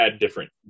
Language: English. different